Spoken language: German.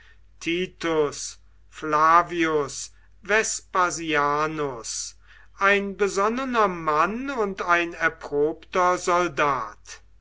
flavius vespasianus ein besonnener mann und ein erprobter soldat